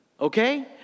okay